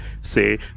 say